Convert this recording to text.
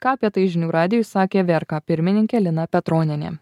ką apie tai žinių radijui sakė vrk pirmininkė lina petronienė